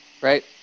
Right